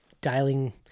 dialing